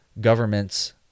governments